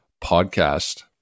podcast